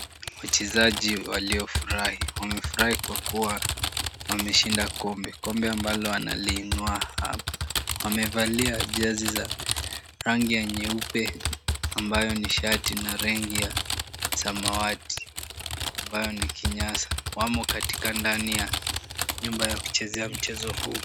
Wachezaji waliofurahi, wamefurahi kwa kuwa wameshinda kombe, kombe ambalo wanaliinua hapo. Wamevalia jezi za rangi ya nyeupe ambayo ni shati na rangi ya samawati ambayo ni kinyasa, wamo katika ndani ya nyumba ya kuchezea mchezo huu.